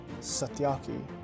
Satyaki